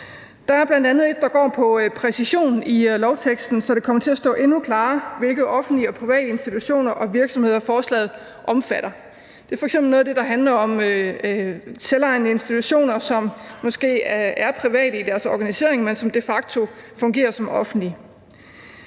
Der er bl.a. et, der går på præcision i lovteksten, så det kommer til at stå endnu klarere, hvilke offentlige og private institutioner og virksomheder forslaget omfatter. Det er f.eks. noget af det, der handler om selvejende institutioner, som måske er private i deres organisering, men som de facto fungerer som offentlige.